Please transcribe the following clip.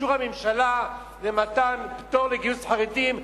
אישור הממשלה למתן פטור לחרדים מגיוס,